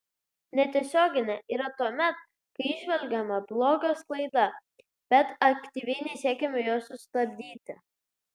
netiesioginė yra tuomet kai įžvelgiama blogio sklaida bet aktyviai nesiekiama jos sustabdyti